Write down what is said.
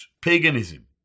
paganism